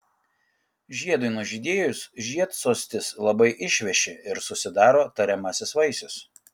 žiedui nužydėjus žiedsostis labai išveši ir susidaro tariamasis vaisius